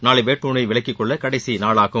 நாளை வேட்புமனுவை விலக்கிக்கொள்ள கடைசிநாளாகும்